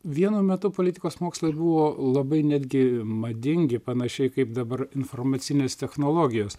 vienu metu politikos mokslai buvo labai netgi madingi panašiai kaip dabar informacinės technologijos